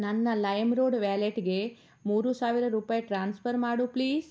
ನನ್ನ ಲೈಮ್ರೋಡ್ ವ್ಯಾಲೆಟ್ಗೆ ಮೂರು ಸಾವಿರ ರೂಪಾಯಿ ಟ್ರಾನ್ಸ್ಫರ್ ಮಾಡು ಪ್ಲೀಸ್